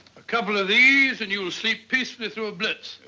a couple of these and you'll sleep peacefully through a blitz.